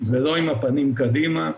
ולא עם הפנים קדימה.